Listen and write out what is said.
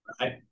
right